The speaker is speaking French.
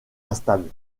instables